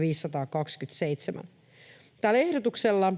527. Tällä ehdotuksella